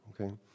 okay